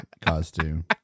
costume